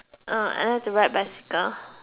uh I like to ride bicycle